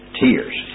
tears